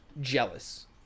jealous